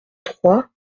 trois